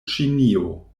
ĉinio